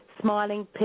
Smiling